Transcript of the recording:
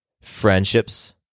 friendships